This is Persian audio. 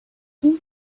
این